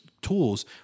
tools